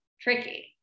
tricky